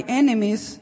enemies